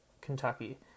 Kentucky